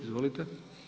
Izvolite.